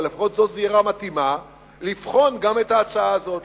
אבל לפחות זו זירה מתאימה לבחון גם את ההצעה הזו.